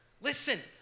listen